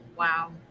Wow